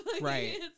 Right